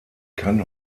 kann